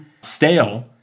stale